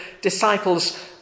disciples